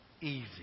easy